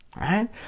Right